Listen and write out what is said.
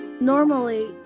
Normally